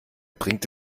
bringt